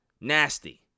Nasty